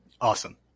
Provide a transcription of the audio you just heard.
Awesome